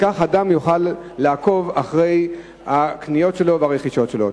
כך אדם יוכל לעקוב אחרי הקניות שלו והרכישות שלו.